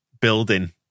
building